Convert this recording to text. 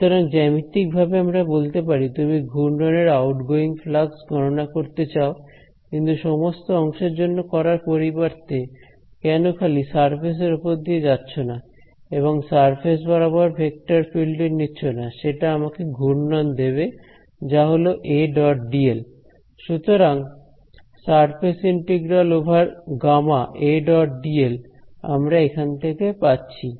সুতরাং জ্যামিতিক ভাবে আমরা বলতে পারি তুমি ঘূর্ণনের আউটগোয়িং ফ্লাক্স গণনা করতে চাও কিন্তু সমস্ত অংশের জন্য করার পরিবর্তে কেন খালি সারফেস এর উপর দিয়ে যাচ্ছ না এবং সারফেস বরাবর ভেক্টর ফিল্ড টি নিচ্ছ না সেটা আমাকে ঘূর্ণন দেবে যা হলো সুতরাং আমরা এখান থেকে পাচ্ছি